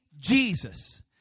Jesus